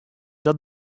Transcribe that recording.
dat